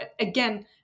again